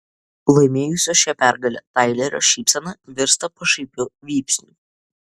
laimėjusio šią pergalę tailerio šypsena virsta pašaipiu vypsniu